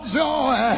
joy